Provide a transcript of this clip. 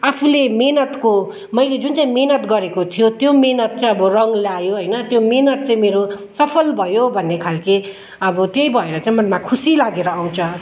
आफूले मेहनतको मैले जुन चाहिँ मेहनत गरेको थियो त्यो मेहनत चाहिँ अब रङ्ग ल्यायो होइन त्यो मेहनत चाहिँ मेरो सफल भयो भन्ने खालको अब त्यही भएर चाहिँ मनमा खुसी लागेर आउँछ